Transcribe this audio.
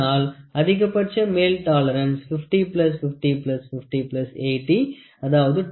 அதனால் அதிகபட்ச மேல் டாலரன்ஸ் 50505080 230